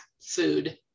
food